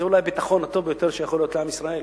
זה אולי הביטחון הטוב ביותר שיכול להיות לעם ישראל,